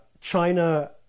China